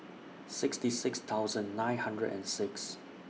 sixty six thousand nine hundred and six